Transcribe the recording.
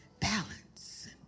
balance